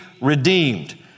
redeemed